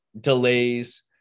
delays